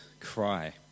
cry